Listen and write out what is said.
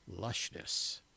lushness